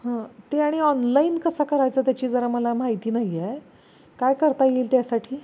हं ते आणि ऑनलाईन कसा करायचं त्याची जरा मला माहिती नाही आहे काय करता येईल त्यासाठी